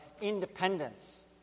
independence